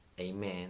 Amen